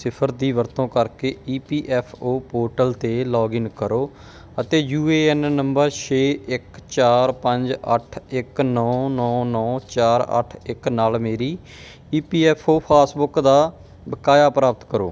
ਸਿਫਰ ਦੀ ਵਰਤੋਂ ਕਰਕੇ E P F O portal 'ਤੇ ਲੌਗਇਨ ਕਰੋ ਅਤੇ ਯੂ ਏ ਐਨ ਨੰਬਰ ਛੇ ਇੱਕ ਚਾਰ ਪੰਜ ਅੱਠ ਇੱਕ ਨੌਂ ਨੌਂ ਨੌਂ ਚਾਰ ਅੱਠ ਇੱਕ ਨਾਲ ਮੇਰੀ E P F O passbook ਦਾ ਬਕਾਇਆ ਪ੍ਰਾਪਤ ਕਰੋ